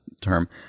term